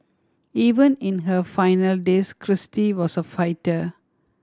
even in her final days Kristie was a fighter